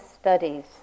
studies